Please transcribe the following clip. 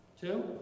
Two